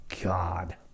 god